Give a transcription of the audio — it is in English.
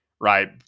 right